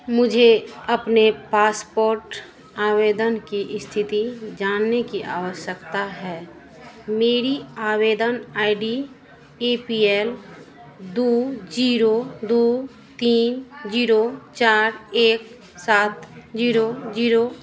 मुझे अपने पासपोर्ट आवेदन की स्थिति जानने की आवश्यकता है मेरी आवेदन I D A P L two zero दो तीन जीरो चार एक सात जीरो जीरो